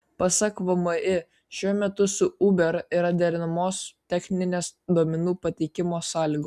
pasak vmi šiuo metu su uber yra derinamos techninės duomenų pateikimo sąlygos